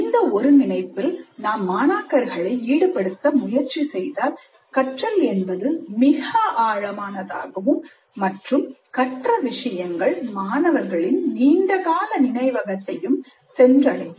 இந்த ஒருங்கிணைப்பில் நாம் மாணாக்கர்களை ஈடுபடுத்த முயற்சி செய்தால் கற்றல் என்பது மிக ஆழமானதாகவும் மற்றும் கற்ற விஷயங்கள் மாணவர்களின் நீண்டகால நினைவகத்தை சென்றடையும்